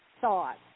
thoughts